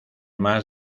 más